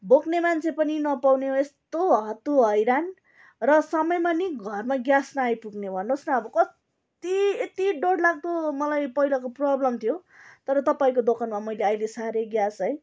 बोक्ने मान्छे पनि नपाउने यस्तो हत्तु हैरान र समयमा नि घरमा ग्यास नआइपुग्ने भन्नुहोस् न अब कत्ति यति डरलाग्दो मलाई पहिलाको प्रोब्लम थियो तर तपाईँको दोकानमा मैले अहिले सारेँ ग्यास है